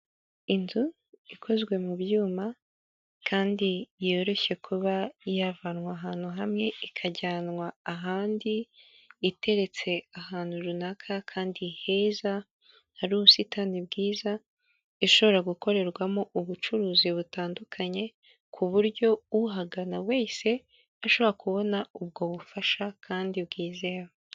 Inzu ikozwe mu byuma kandi yoroshye kuba yavanwa ahantu hamwe ikajyanwa ahandi iteretse ahantu runaka kandi heza hari ubusitani bwiza, ishobora gukorerwamo ubucuruzi butandukanye, ku buryo uhagana wese ashobora kubona ubwo bufasha kandi bwizewe.